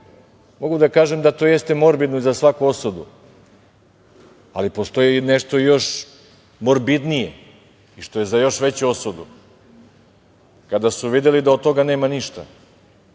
da kažem da to jeste morbidno i za svaku osudu, ali postoji nešto još morbidnije i što je za još veću osudu. Kada su videli da od toga nema ništa